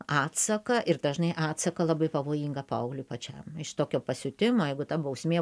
atsaką ir dažnai atsaką labai pavojingą paaugliui pačiam iš tokio pasiutimo jeigu ta bausmė